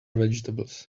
vegetables